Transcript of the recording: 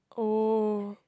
oh